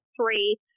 three